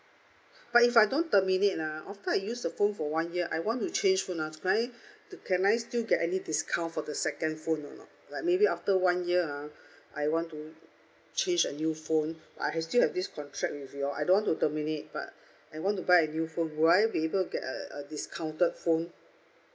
but if I don't terminate ah after I use the phone for one year I want to change phone ah can I can I still get any discount for the second phone or not like maybe after one year ah I want to change a new phone I has still have this contract with you all I don't want to terminate but I want to buy a new phone will I be able to get a a discounted phone